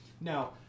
now